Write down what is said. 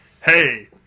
hey